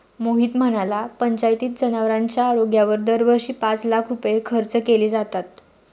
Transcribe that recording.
मोहित म्हणाला, पंचायतीत जनावरांच्या आरोग्यावर दरवर्षी पाच लाख रुपये खर्च केले जातात